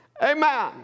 Amen